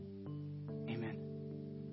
Amen